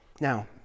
Now